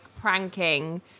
pranking